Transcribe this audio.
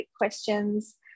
questions